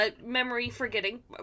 memory-forgetting